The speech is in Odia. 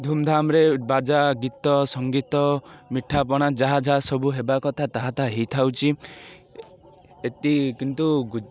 ଧୁମ୍ଧାମ୍ରେ ବାଜା ଗୀତ ସଙ୍ଗୀତ ମିଠାପଣା ଯାହା ଯାହା ସବୁ ହେବା କଥା ତାହା ତାହା ହେଇ ଥାଉଛି ଏତି କିନ୍ତୁ